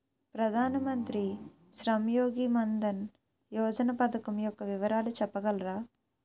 ప్రధాన మంత్రి శ్రమ్ యోగి మన్ధన్ యోజన పథకం యెక్క వివరాలు చెప్పగలరా?